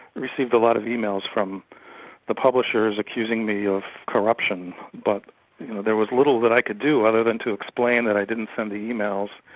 received a lot of emails from the publishers accusing me of corruption, but there was little that i could do, other to explain that i didn't send the emails.